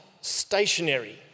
stationary